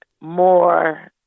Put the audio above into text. More